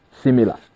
similar